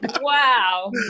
Wow